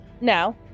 Now